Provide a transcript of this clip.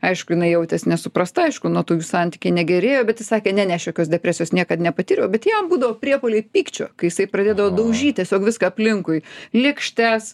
aišku jinai jautės nesuprasta aišku nuo tų jų santykiai negerėjo bet jis sakė ne ne aš jokios depresijos niekad nepatyriau bet jam būdavo priepuoliai pykčio kai jisai pradėdavo daužyt tiesiog viską aplinkui lėkštes